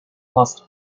must